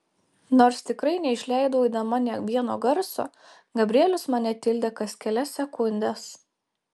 nors tikrai neišleidau eidama nė vieno garso gabrielius mane tildė kas kelias sekundes